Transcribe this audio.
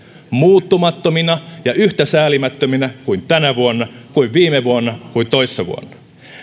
muuttumattomina ja yhtä säälimättöminä kuin tänä vuonna kuin viime vuonna kuin toissa vuonna